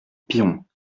piron